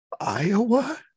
Iowa